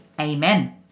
amen